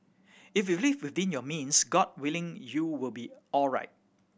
if you live within your means God willing you will be alright